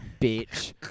bitch